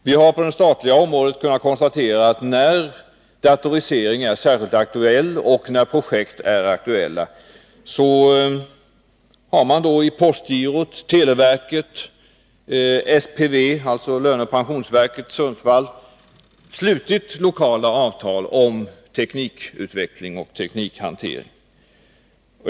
Vi har på det statliga området kunnat konstatera att när datorisering är särskilt aktuell och när projekt är aktuella har man inom postgirot, televerket, SPV, dvs. statens löneoch pensionsverk i Sundsvall, slutit lokala avtal om teknikutveckling och teknikhantering.